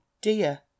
dear